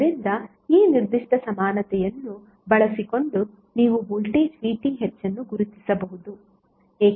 ಆದ್ದರಿಂದ ಈ ನಿರ್ದಿಷ್ಟ ಸಮಾನತೆಯನ್ನು ಬಳಸಿಕೊಂಡು ನೀವು ವೋಲ್ಟೇಜ್ VThಅನ್ನು ಗುರುತಿಸಬಹುದು